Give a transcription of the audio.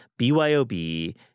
BYOB